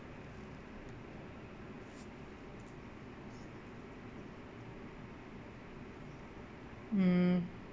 mm